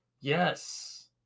Yes